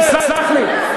תסלח לי,